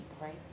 Right